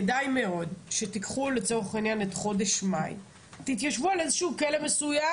כדאי מאוד שתיקחו לצורך העניין את חודש מאי ותתיישבו על איזה כלא מסוים.